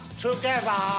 together